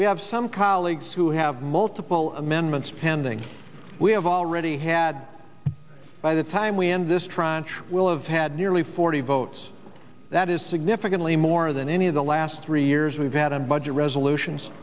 we have some colleagues who have multiple amendments pending we have already had by the time we end this trial will have had nearly forty votes that is significantly more than any of the last three years we've had a budget resolutions